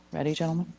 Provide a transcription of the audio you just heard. ready gentlemen?